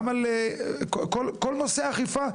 גם עם כל נושא האכיפה,